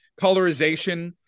colorization